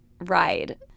ride